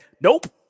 nope